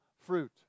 fruit